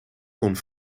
kon